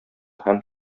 һәм